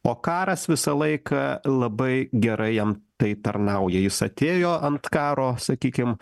o karas visą laiką labai gerai jam tai tarnauja jis atėjo ant karo sakykim